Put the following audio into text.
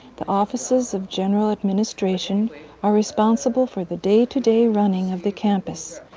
the offices of general administration are responsible for the day-to-day running of the campus,